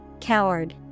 Coward